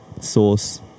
source